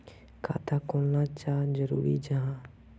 खाता खोलना चाँ जरुरी जाहा?